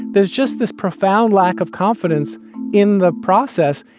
there's just this profound lack of confidence in the process,